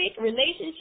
relationship